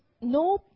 no